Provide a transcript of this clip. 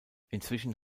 inzwischen